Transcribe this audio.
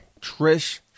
Trish